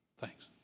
Thanks